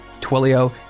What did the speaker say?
Twilio